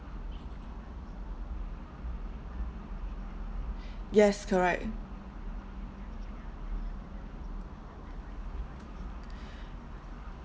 yes correct